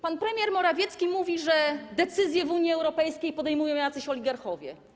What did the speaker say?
Pan premier Morawiecki mówi, że decyzje w Unii Europejskiej podejmują jacyś oligarchowie.